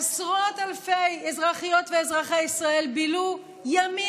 עשרות אלפי אזרחיות ואזרחי ישראל בילו ימים